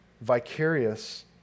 vicarious